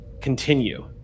continue